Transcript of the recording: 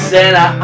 Santa